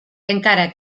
encara